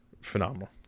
phenomenal